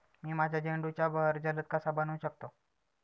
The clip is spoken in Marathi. मी माझ्या झेंडूचा बहर जलद कसा बनवू शकतो?